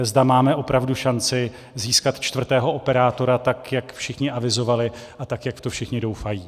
Zda máme opravdu šanci získat čtvrtého operátora, tak jak všichni avizovali a tak jak v to všichni doufají.